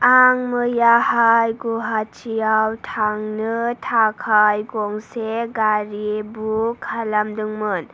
आं मैयाहाय गुवाहाथियाव थांनो थाखाय गंसे गारि बुख खालामदोंमोन